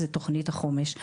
זה תכנית החומש,